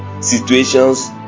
situations